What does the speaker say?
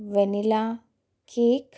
vanilla cake